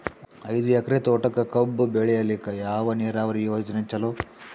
ಐದು ಎಕರೆ ತೋಟಕ ಕಬ್ಬು ಬೆಳೆಯಲಿಕ ಯಾವ ನೀರಾವರಿ ಯೋಜನೆ ಚಲೋ?